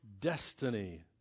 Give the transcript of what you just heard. destiny